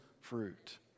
fruit